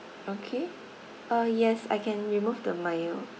okay uh yes I can remove the mayo